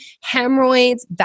hemorrhoids